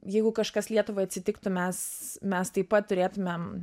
jeigu kažkas lietuvai atsitiktų mes mes taip pat turėtumėm